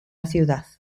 ciudad